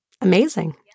Amazing